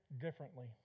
differently